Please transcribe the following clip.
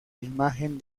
imagen